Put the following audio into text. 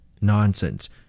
Nonsense